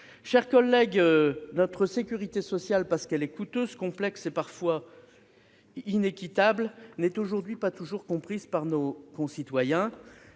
chers collègues, aujourd'hui, notre sécurité sociale, parce qu'elle est coûteuse, complexe et parfois inéquitable, n'est pas toujours comprise par nos concitoyens,